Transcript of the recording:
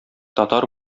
татар